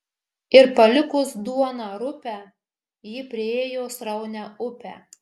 ir palikus duoną rupią ji priėjo sraunią upę